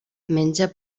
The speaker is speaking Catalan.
menja